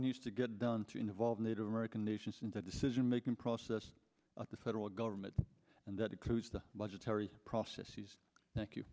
needs to get done to involve native american nations in the decision making process of the federal government and that includes the budgetary processes thank you